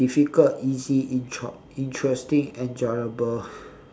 difficult easy intra~ interesting enjoyable